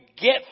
get